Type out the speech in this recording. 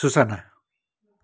सुसना